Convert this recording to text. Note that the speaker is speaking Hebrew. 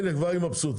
הנה, כבר היא מבסוטית.